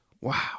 Wow